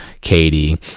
Katie